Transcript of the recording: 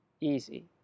easy